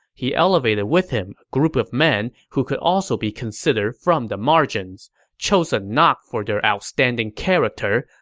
he elevated with him a group of men who could also be considered from the margins chosen not for their outstanding character,